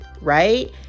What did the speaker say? right